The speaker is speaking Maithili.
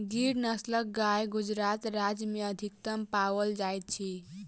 गिर नस्लक गाय गुजरात राज्य में अधिकतम पाओल जाइत अछि